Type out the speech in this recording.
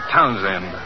Townsend